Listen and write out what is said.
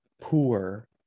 poor